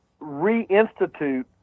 reinstitute